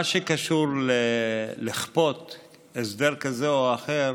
במה שקשור לכפיית הסדר כזה או אחר,